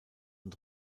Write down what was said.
und